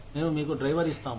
మేము మీకు డ్రైవర్ ఇస్తాము